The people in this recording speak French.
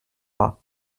pas